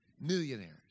millionaires